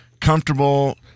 comfortable